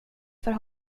för